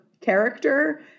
character